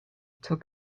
took